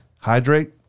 hydrate